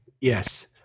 yes